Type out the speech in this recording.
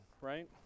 right